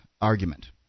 argument